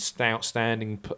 outstanding